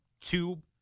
two